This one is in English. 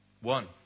One